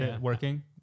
working